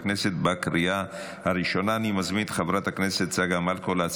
בקריאה הראשונה ותחזור לדיון בוועדה לקידום מעמד האישה